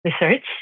research